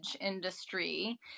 industry